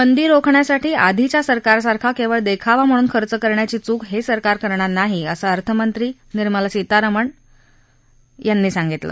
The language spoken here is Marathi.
मंदी रोखण्यासाठी आधीच्या सरकारसारखा केवळ देखावा म्हणून खर्च करण्याची चूक हे सरकार करणार नाही असं अर्थमंत्री निर्मला सीतारामन यांनी सांगितलं